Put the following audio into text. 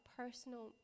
personal